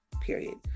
Period